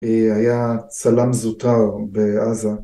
‫היה צלם זוטר בעזה.